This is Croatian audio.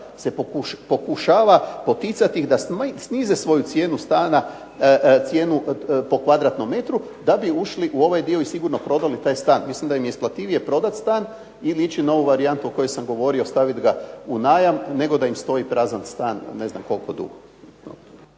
se pokušava poticati ih da snize svoju cijenu stanu, cijenu po kvadratnom metru da bi ušli u ovaj dio i sigurno prodali taj stan. Mislim da im je isplativije prodati stan ili ići na ovu varijantu o kojoj sam govorio staviti ga u najam nego da im stoji prazan stan ne znam koliko dugo.